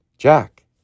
jack